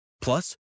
Plus